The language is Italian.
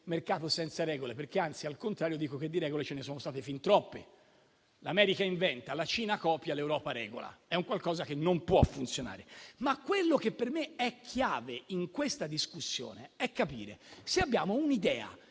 mercato senza regole, perché anzi, al contrario, dico che di regole ce ne sono state fin troppe. L'America inventa, la Cina copia, l'Europa regola; è un qualcosa che non può funzionare. Ma quello che per me è chiave in questa discussione è capire se abbiamo un'idea